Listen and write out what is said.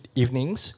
evenings